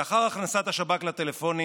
לאחר הכנסת השב"כ לטלפונים